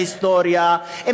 אם בהיסטוריה,